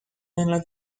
nella